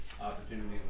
opportunities